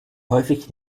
häufig